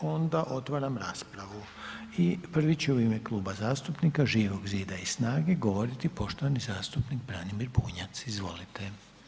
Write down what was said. Onda otvaram raspravu i prvi će u ime Kluba zastupnika Živog zida i SNAGA-e govoriti poštovani zastupnik Branimir Bunjac, izvolite.